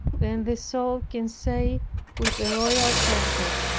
then the soul can say with the royal prophet,